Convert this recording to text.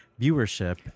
viewership